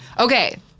Okay